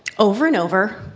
over and over,